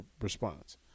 response